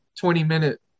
20-minute